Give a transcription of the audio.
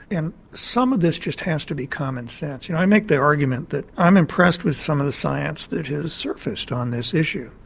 and some of this just has to be common sense. you know i make the argument that. i'm impressed with some of the science that has surfaced on this issue,